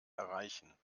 erreichen